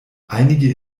einige